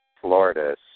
Florida